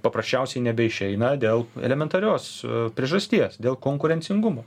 paprasčiausiai nebeišeina dėl elementarios priežasties dėl konkurencingumo